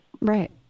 Right